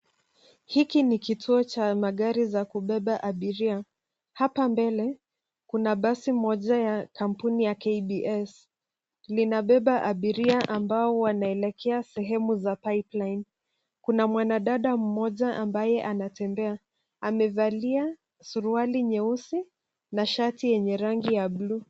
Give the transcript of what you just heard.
Hiki ni kituo cha magari za kubeba abiria. Hapa mbele kuna basi moja ya kampuni ya KBS, linabeba abiria ambao wanaelekea sehemu za pipeline. Kuna mwanadada mmoja ambaye anatembea. Amevalia suruali nyeusi na shati yenye rangi ya buluu.